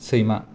सैमा